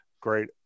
Great